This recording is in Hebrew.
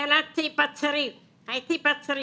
וילדתי בצריף, הייתי בצריף.